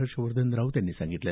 हर्षवर्धन राऊत यांनी सांगितलं